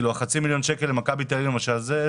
החצי מיליון שקל למכבי תל אביב למשל,